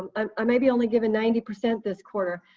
um um i may be only giving ninety percent this quarter,